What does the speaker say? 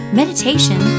meditation